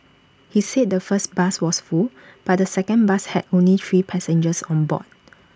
he said the first bus was full but the second bus had only three passengers on board